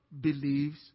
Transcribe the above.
believes